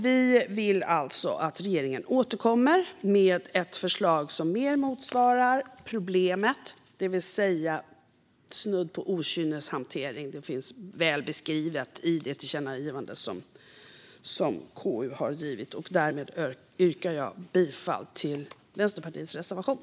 Vi vill alltså att regeringen återkommer med ett förslag som mer motsvarar problemet, det vill säga snudd på okynneshantering. Det finns väl beskrivet i det tillkännagivande som KU har givit. Därmed yrkar jag bifall till Vänsterpartiets reservation.